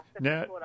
Now